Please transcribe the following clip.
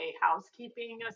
Housekeeping